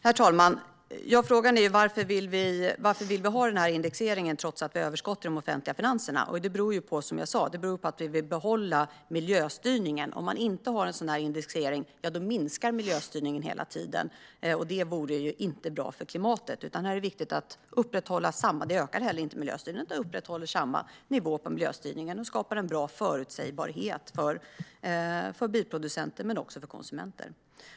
Herr talman! Frågan är varför vi vill ha den här indexeringen trots att vi har överskott i de offentliga finanserna. Som jag sa beror det på att vi vill behålla miljöstyrningen. Om man inte har en sådan indexering minskar miljöstyrningen hela tiden. Det vore inte bra för klimatet. Det är viktigt att upprätthålla samma nivå. Vi ökar heller inte miljöstyrningen, utan upprätthåller samma nivå och skapar en bra förutsägbarhet för bilproducenter och konsumenter.